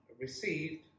received